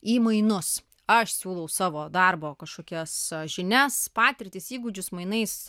į mainus aš siūlau savo darbo kažkokias žinias patirtis įgūdžius mainais